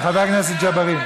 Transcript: חבר הכנסת ג'בארין.